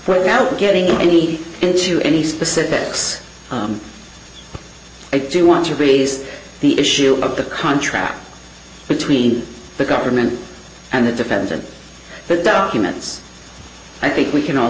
right now getting any into any specifics but i do want your b s the issue of the contract between the government and the defendant that documents i think we can all